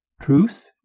Truth